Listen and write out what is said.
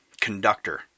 conductor